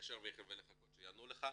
להתקשר ולחכות שיענו לך,